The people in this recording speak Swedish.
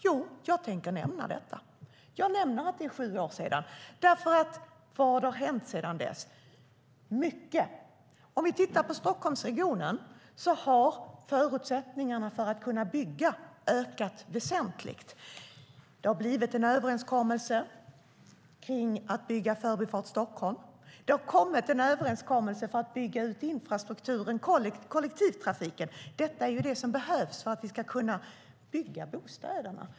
Jo, jag tänker nämna detta. Jag nämner att det är sju år sedan, för vad har hänt sedan dess? Mycket. I Stockholmsregionen har förutsättningarna att bygga ökat väsentligt. Det har blivit en överenskommelse om att bygga Förbifart Stockholm. Det har kommit en överenskommelse om att bygga ut kollektivtrafiken. Det är detta som behövs för att vi ska kunna bygga bostäderna.